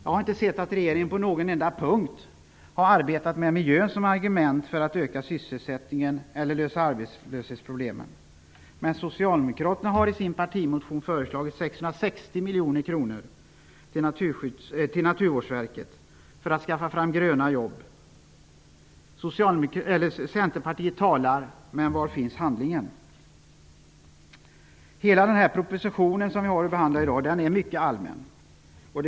Jag har inte sett att regeringen på någon enda punkt har arbetat med miljön som argument för att öka sysselsättningen eller för att lösa problemen med arbetslösheten. Vi Socialdemokrater har i vår partimotion föreslagit 660 miljoner kronor till Naturvårdsverket för att man skall kunna skaffa fram gröna jobb. Centerpartiet talar. Men var finns handlingen? Hela den proposition som det här betänkandet utgår ifrån är mycket allmänt hållen.